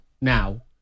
now